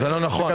זה לא נכון.